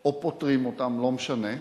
או פוטרים אותם, לא משנה,